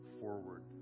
forward